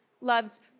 loves